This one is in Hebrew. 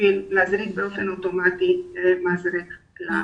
בשביל להזריק מזרק באופן אוטומטי מזרק לילד.